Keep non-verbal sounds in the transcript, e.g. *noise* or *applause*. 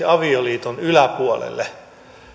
*unintelligible* avioliiton yläpuolelle